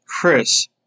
Chris